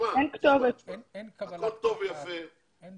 אנשים צריכים